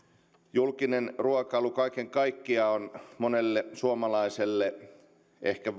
julkinen ruokailu kaiken kaikkiaan on monelle suomalaiselle ehkä